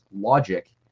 logic